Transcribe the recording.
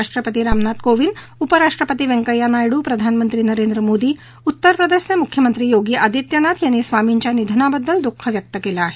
राष्ट्रपती रामनाथ कोविंद उपराष्ट्रपती व्यंकय्या नायडू प्रधानमंत्री नरेंद्र मोदी उत्तर प्रदेशचे मुख्यमंत्री योगी अदित्यनाथ यांनी स्वामींच्या निधनाबद्दल दुःख व्यक्त केलं आहे